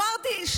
אמרתי,